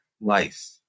life